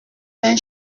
d’un